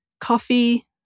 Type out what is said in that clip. Coffee